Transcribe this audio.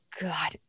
God